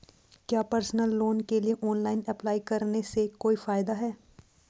क्या personal loan के लिए ऑनलाइन अप्लाई करने से कोई फायदा है?